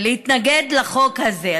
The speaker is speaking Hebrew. להתנגד לחוק הזה.